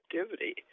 activity